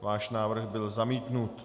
Váš návrh byl zamítnut.